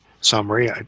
summary